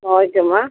ஓகேம்மா